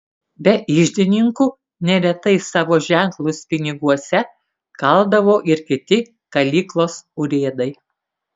be iždininkų neretai savo ženklus piniguose kaldavo ir kiti kalyklos urėdai